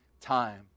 time